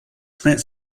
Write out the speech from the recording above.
plant